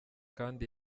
kandi